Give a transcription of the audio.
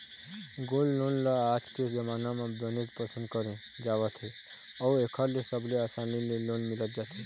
gold loan ल आज के जमाना म बनेच पसंद करे जावत हे अउ एखर ले सबले असानी ले लोन मिल जाथे